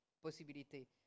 possibilités